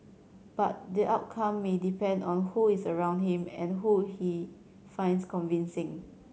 but the outcome may depend on who is around him and who he finds convincing